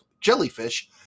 jellyfish